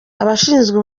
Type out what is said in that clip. abashinzwe